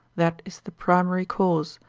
that is the primary cause,